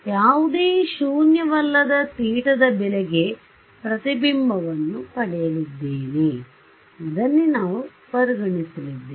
ಯಾವುದೇ ಶೂನ್ಯವಲ್ಲದ θ ಬೆಲೆಗೆ ಪ್ರತಿಬಿಂಬವನ್ನು ಪಡೆಯಲಿದ್ದೇನೆ ಅದನ್ನೇ ನಾವು ಪರಿಗಣಿಸಿದ್ದೇವೆ